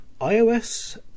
iOS